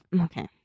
Okay